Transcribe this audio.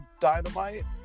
Dynamite